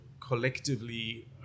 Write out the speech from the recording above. collectively